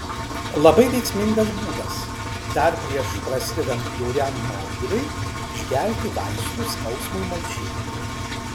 labai veiksmingas būdas dar prieš prasidedant bjauriam mauduliui išgerti vaistų skausmui malšinti